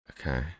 Okay